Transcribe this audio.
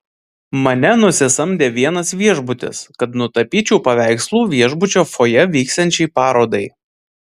mane nusisamdė vienas viešbutis kad nutapyčiau paveikslų viešbučio fojė vyksiančiai parodai